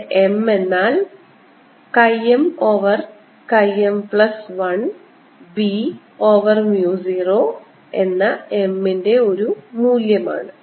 ഇവിടെ m എന്നാൽ chi m over chi m plus 1 b over mu 0 എന്ന m ൻറെ ഒരു മൂല്യമാണ്